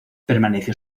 permaneció